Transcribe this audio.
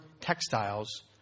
textiles